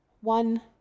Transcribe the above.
one